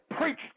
preach